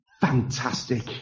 Fantastic